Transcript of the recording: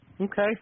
Okay